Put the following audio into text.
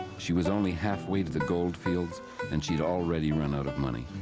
she was only half way to the goldfields and she'd already run out of money.